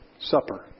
Supper